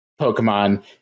Pokemon